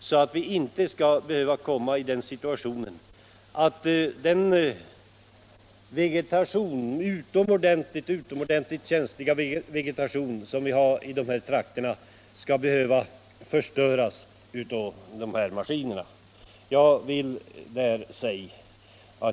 Vi skall inte behöva komma i den situationen att den utomordentligt känsliga vegetationen i dessa trakter blir förstörd av barmarksskotertrafiken.